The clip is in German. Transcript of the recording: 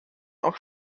auch